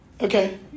Okay